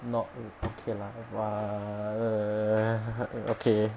not r~ okay lah !wah! err okay